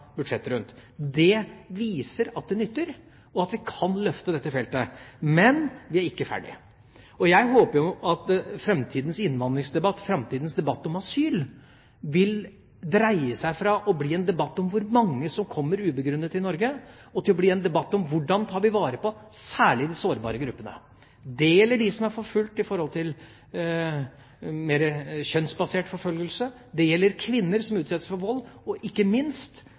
viser at det nytter, og at vi kan løfte dette feltet. Men vi er ikke ferdige. Jeg håper at framtidas innvandringsdebatt, framtidas debatt om asyl, vil dreie fra å være en debatt om hvor mange som kommer ubegrunnet til Norge, til å bli en debatt om hvordan vi særlig tar vare på de sårbare gruppene. Det gjelder dem som er utsatt for kjønnsbasert forfølgelse, det gjelder kvinner som utsettes for vold, og det gjelder ikke minst